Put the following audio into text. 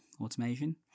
automation